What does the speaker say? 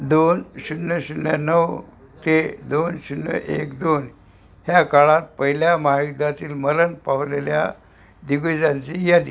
दोन शून्य शून्य नऊ ते दोन शून्य एक दोन ह्या काळात पहिल्या महायुद्धातील मरण पावलेल्या दिग्गजांची यादी